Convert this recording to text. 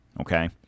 Okay